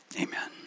amen